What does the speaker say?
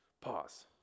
Pause